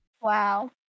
Wow